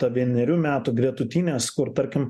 tą vienerių metų gretutines kur tarkim